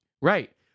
Right